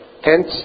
Hence